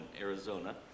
Arizona